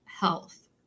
health